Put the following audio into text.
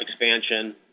expansion